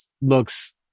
looks